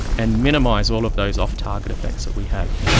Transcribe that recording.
and minimise all of those off-target effects that we have.